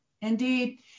Indeed